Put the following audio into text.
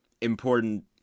important